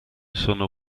sono